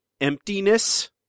emptiness